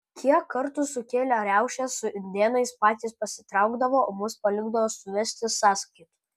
kiek kartų sukėlę riaušes su indėnais patys pasitraukdavo o mus palikdavo suvesti sąskaitų